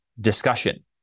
discussion